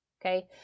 okay